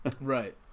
Right